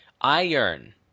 Iron